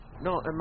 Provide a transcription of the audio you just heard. No